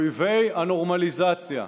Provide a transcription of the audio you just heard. אויבי הנורמליזציה.